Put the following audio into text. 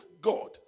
God